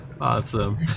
awesome